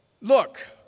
Look